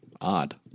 Odd